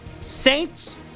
Saints